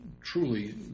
truly